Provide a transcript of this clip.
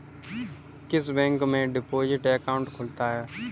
किस बैंक में deposit account खुलता है?